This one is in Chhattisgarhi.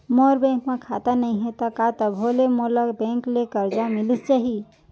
मोर बैंक म खाता नई हे त का तभो ले मोला बैंक ले करजा मिलिस जाही?